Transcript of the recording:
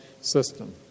system